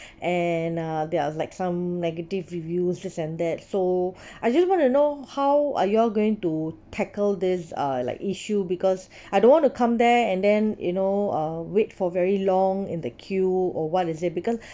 and uh there are like some negative reviews this and that so I just want to know how are you all going to tackle these uh like issue because I don't want to come there and then you know uh wait for very long in the queue or what is it because